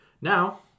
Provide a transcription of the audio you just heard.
Now